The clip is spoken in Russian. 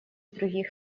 других